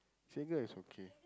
Sekar is okay